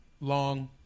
long